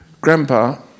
Grandpa